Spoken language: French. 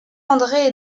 andré